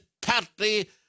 partly